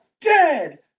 dead